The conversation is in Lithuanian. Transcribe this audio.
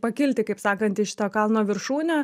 pakilti kaip sakant į šito kalno viršūnę